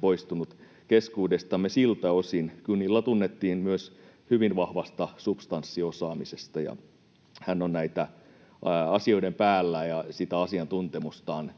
poistunut keskuudestamme siltä osin. Gunilla tunnettiin myös hyvin vahvasta substanssiosaamisesta, hän oli näiden asioiden päällä ja sitä asiantuntemustaan